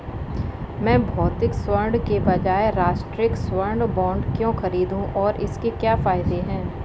मैं भौतिक स्वर्ण के बजाय राष्ट्रिक स्वर्ण बॉन्ड क्यों खरीदूं और इसके क्या फायदे हैं?